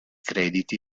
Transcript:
crediti